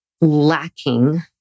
lacking